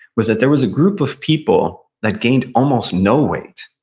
was that there was a group of people that gained almost no weight,